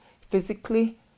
physically